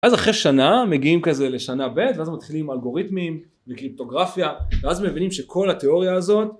ואז אחרי שנה, מגיעים כזה לשנה ב, ואז מתחילים עם אלגוריתמים וקריפטוגרפיה, ואז מבינים שכל התיאוריה הזאת